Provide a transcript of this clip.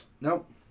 Nope